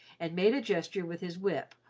and made a gesture with his whip,